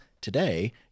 today